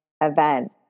event